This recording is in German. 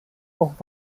auch